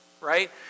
right